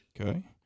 Okay